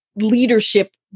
leadership